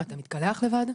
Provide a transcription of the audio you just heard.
אתה מתקלח לבד?".